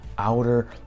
outer